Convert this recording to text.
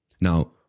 Now